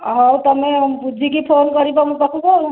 ହଉ ତମେ ବୁଝିକି ଫୋନ କରିବ ମୋ ପାଖକୁ ଆଉ